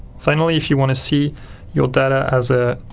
finally if you want to see your data as a